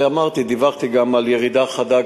אמרתי ודיווחתי גם על ירידה חדה,